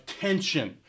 tension